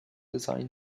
design